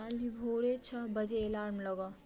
काल्हि भोरे छओ बजे अलार्म लगाउ